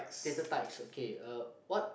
little tykes okay uh what